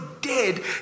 dead